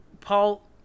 Paul